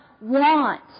want